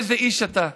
איזה איש אתה.